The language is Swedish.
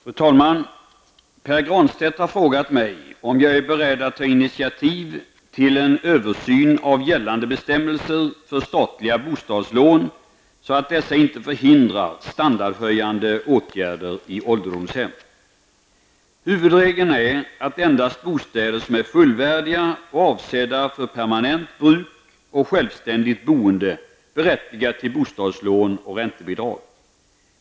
Fru talman! Pär Granstedt har frågat mig om jag är beredd att ta initiativ till en översyn av gällande bestämmelser för statliga bostadslån så att dessa inte förhindrar standardhöjande åtgärder i ålderdomshem. Huvudregeln är att endast bostäder som är fullvärdiga och avsedda för permanent bruk och självständigt boende berättigar till bostadslån och räntebidrag.